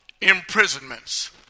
imprisonments